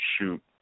shoot